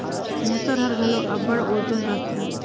मूसर हर घलो अब्बड़ ओजन रहथे